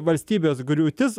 valstybės griūtis